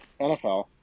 NFL